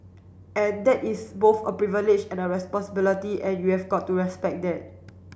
and that is both a privilege and a responsibility and you have got to respect that